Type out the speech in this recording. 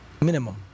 Minimum